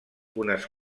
unes